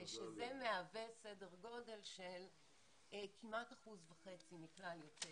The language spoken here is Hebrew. זה מהווה סדר גודל של כמעט 1.5% מכלל הסטודנטים.